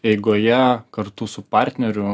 eigoje kartu su partneriu